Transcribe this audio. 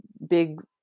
big